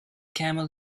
camel